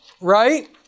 right